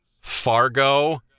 Fargo